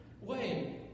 Wait